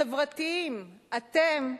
חברתיים, אתם?